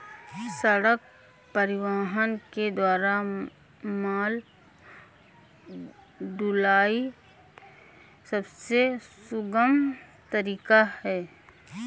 सड़क परिवहन के द्वारा माल ढुलाई सबसे सुगम तरीका है